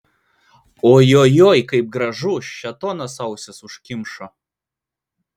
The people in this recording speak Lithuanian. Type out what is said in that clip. oi oi oi kaip gražu šėtonas ausis užkimšo